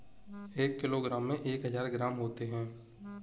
एक किलोग्राम में एक हजार ग्राम होते हैं